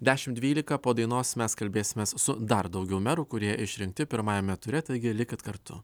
dešimt dvylika po dainos mes kalbėsimės su dar daugiau merų kurie išrinkti pirmajame ture taigi likit kartu